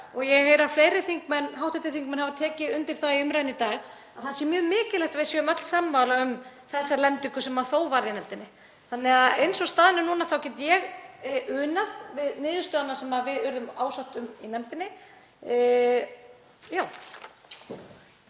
og ég heyri að fleiri hv. þingmenn hafa tekið undir það í umræðunni í dag að það sé mjög mikilvægt að við séum öll sammála um þessa lendingu sem þó varð í nefndinni. Þannig að eins og staðan er núna þá get ég unað við niðurstöðuna sem við urðum ásátt um í nefndinni.